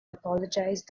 apologised